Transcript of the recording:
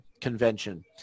convention